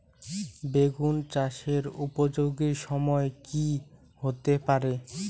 বেগুন চাষের উপযোগী সময় কি হতে পারে?